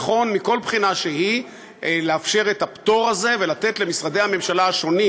נכון מכל בחינה שהיא לאפשר את הפטור הזה ולתת למשרדי הממשלה השונים,